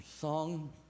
song